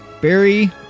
Barry